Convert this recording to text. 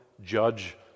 judge